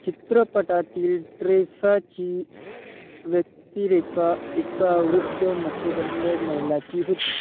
चित्रपटातील ट्रेसाची व्यक्तिरेखा एका वृद्ध मतिमंद महिलेची होती